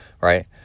right